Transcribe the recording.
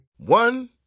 One